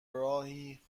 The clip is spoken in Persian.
راهی